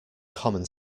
common